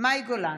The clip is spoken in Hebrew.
מאי גולן,